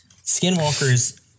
skinwalkers